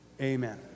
Amen